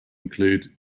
include